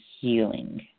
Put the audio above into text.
healing